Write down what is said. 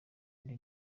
undi